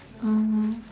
mmhmm